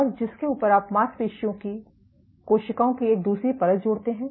और जिसके ऊपर आप मांसपेशियों की कोशिकाओं की एक दूसरी परत जोड़ते हैं